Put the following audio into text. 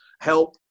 help